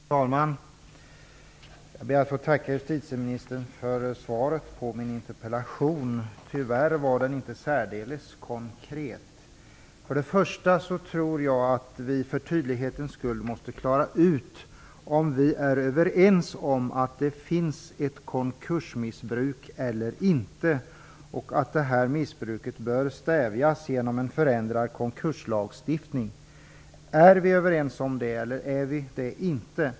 Fru talman! Jag ber att få tacka justitieministern för svaret på min interpellation. Tyvärr var den inte särdeles konkret. För det första tror jag att vi för tydlighetens skull måste klara ut om vi är överens om att det finns ett konkursmissbruk eller inte. Vi måste också klara ut om vi är överens om att ett missbruk bör stävjas genom en förändrad konkurslagstiftning. Är vi överens om detta?